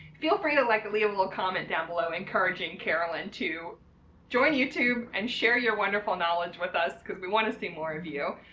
feel free to, like, leave a little comment down below encouraging carolyn to join youtube and share your wonderful knowledge with us because we want to see more of you!